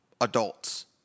adults